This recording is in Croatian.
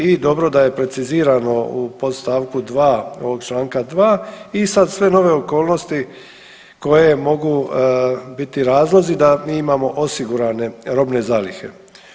I dobro da je precizirano u podstavku 2. ovog čl. 2. i sad sve nove okolnosti koje mogu biti razlozi da mi imamo osigurane robne zalihe.